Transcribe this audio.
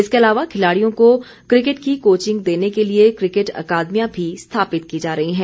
इसके अलावा खिलाड़ियों को क्रिकेट की कोचिंग देने के लिए क्रिकेट अकादमियां भी स्थापित की जा रही हैं